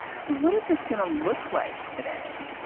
so what is this going to look like today?